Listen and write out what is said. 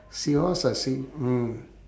sea horse or sea mm